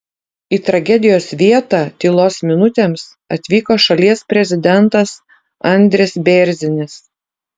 į tragedijos vietą tylos minutėms atvyko šalies prezidentas andris bėrzinis